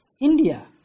India